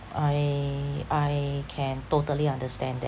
I I can totally understand that